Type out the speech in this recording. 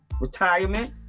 retirement